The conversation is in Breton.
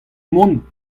mont